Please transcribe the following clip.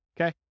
okay